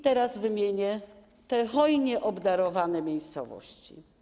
Teraz wymienię te hojnie obdarowane miejscowości.